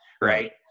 right